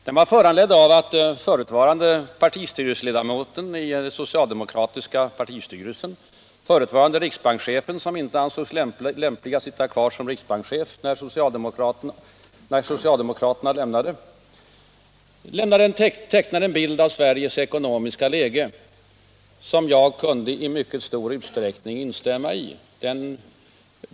Den föranleddes av att den förutvarande ledamoten av den socialdemokratiska partistyrelsen och förutvarande riksbankschefen, som socialdemokraterna inte ansåg lämplig att ha kvar som riksbankschef när de lämnade regeringen, tecknade en bild av Sveriges ekonomiska läge, som jag i mycket stor utsträckning kunde instämma i.